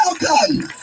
welcome